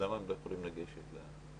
הם לא יכולים לגשת לקרן.